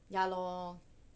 ya lor